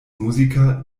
musiker